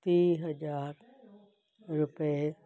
ਤੀਹ ਹਜ਼ਾਰ ਰੁਪਏ